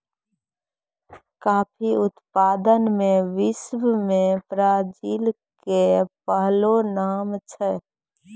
coffee उत्पादन मॅ विश्व मॅ ब्राजील के पहलो नाम छै